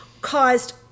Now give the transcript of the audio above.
caused